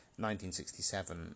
1967